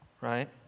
Right